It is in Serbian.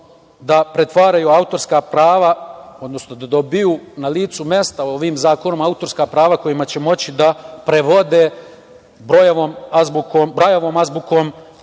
da pretvaraju autorska prava, odnosno da dobiju na licu mesta ovim zakonom autorska prava kojima će moći da prevode Brajevom azbukom